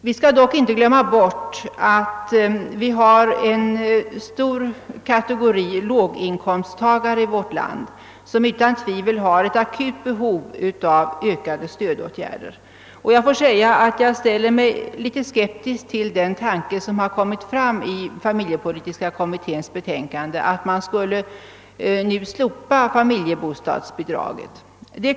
Vi skall inte glömma att det i vårt land, finns en stor kategori låginkomsttagare, där det utan tvivel föreligger ett akut behov av ökade stödåtgärder. Jag ställer mig skeptisk till förslaget i familjepolitiska kommitténs betänkande, att vi nu skall slopa familjebostadsbidraget.